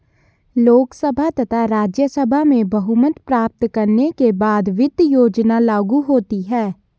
लोकसभा तथा राज्यसभा में बहुमत प्राप्त करने के बाद वित्त योजना लागू होती है